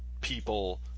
people